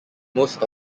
most